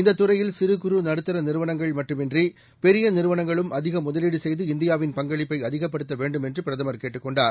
இந்ததுறையில்சிறுகுறுநடுத்தரநிறுவனங்கள்மட்டுமின் றி பெரியநிறுவனங்களும்அதிகமுதலீடுசெய்துஇந்தியாவி ன்பங்களிப்பைஅதிகப்படுத்தவேண்டும்என்றுபிரதமர் கேட்டுக்கொண்டார்